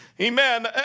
Amen